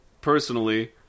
personally